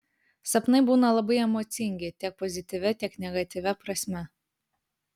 sapnai būna labai emocingi tiek pozityvia tiek negatyvia prasme